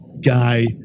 guy